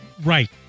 Right